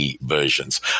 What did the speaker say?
versions